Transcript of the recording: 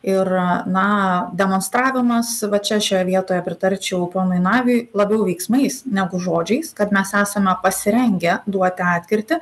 ir na demonstravimas va čia šioje vietoje pritarčiau ponui naviui labiau veiksmais negu žodžiais kad mes esame pasirengę duoti atkirtį